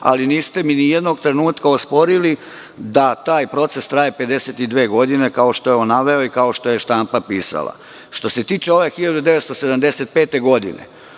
ali niste mi ni jednog trenutka osporili da taj proces traje 52 godine, kao što je on naveo i kao što je štampa pisala. Što se tiče ove 1975. godine,